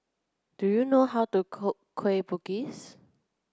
do you know how to cook Kueh Bugis